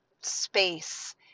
space